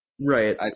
right